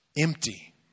empty